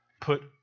put